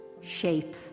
shape